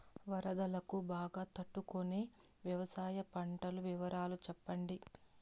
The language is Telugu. వరదలకు బాగా తట్టు కొనే వ్యవసాయ పంటల వివరాలు చెప్పండి?